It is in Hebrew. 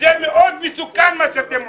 וזה מאוד מסוכן, מה שאתם עושים.